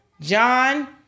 John